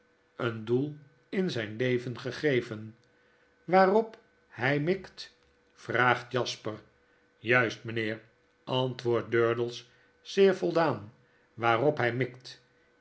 een doel in zijn leven gegeven waarop hy mikt vraagt jasper juist meneer antwoordt durdels zeer voldaan waarop hy mikt